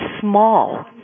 small